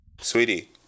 sweetie